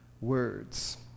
words